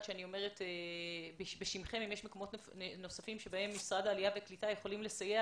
אני אומרת בשמכם בהם משרד העלייה והקליטה יכול לסייע